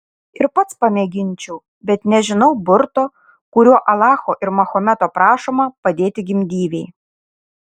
ir pats pamėginčiau bet nežinau burto kuriuo alacho ir mahometo prašoma padėti gimdyvei